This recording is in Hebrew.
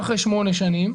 שנים,